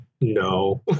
no